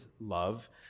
love